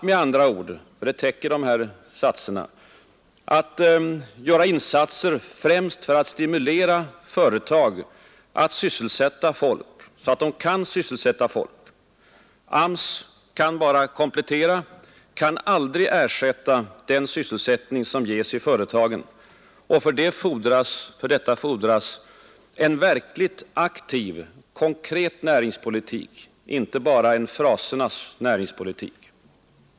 Med andra ord, och det täcker dessa satser, att göra insatser främst för att stimulera företag så att de kan sysselsätta folk. AMS kan bara komplettera, kan aldrig ersätta, den sysselsättning som ges i företagen, och för detta fordras en verkligt aktiv, konkret näringspolitik, inte bara en frasernas näringspolitik.